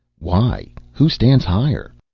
why, who stands higher?